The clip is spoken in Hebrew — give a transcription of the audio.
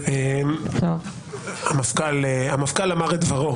המפכ"ל אמר את דברו.